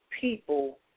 people